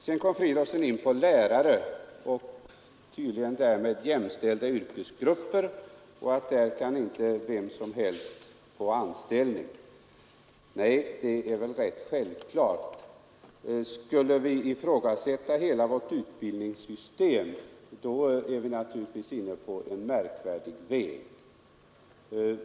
Sedan kom herr Fridolfsson i Rödeby in på lärare och tydligen på därmed jämställda yrkesgrupper, och han sade att där kan inte vem som helst få anställning. Nej, det är väl rätt självklart. Skulle vi ifrågasätta hela vårt utbildningssystem vore vi naturligtvis inne på en märkvärdig väg.